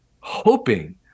hoping